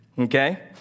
Okay